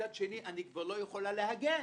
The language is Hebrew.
מצד שני, אני לא יכולה להגן.